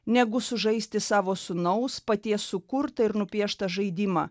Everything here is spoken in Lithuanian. negu sužaisti savo sūnaus paties sukurtą ir nupieštą žaidimą